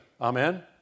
Amen